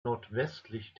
nordwestlich